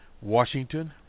Washington